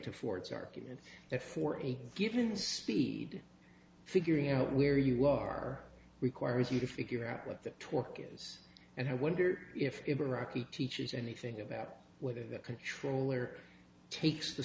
to ford's argument that for a given speed figuring out where you are requires you to figure out what the torque is and i wonder if iraqi teachers anything about whether the controller takes the